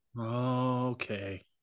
okay